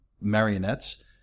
marionettes